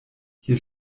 hier